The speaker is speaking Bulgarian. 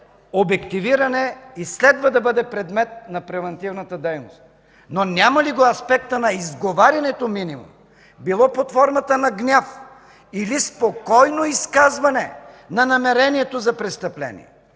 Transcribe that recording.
обективиране и следва да бъде предмет на превантивната дейност. Няма ли го аспектът на изговарянето минимум – било под формата на гняв, или спокойно изказване на намерението за престъпление,